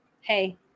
Hey